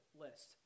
list